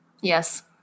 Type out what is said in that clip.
Yes